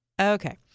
Okay